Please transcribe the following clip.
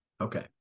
Okay